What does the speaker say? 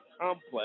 complex